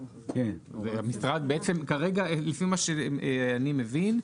9, 28. אלה סעיפים שדנו בהם אבל לא הצבענו עליהם.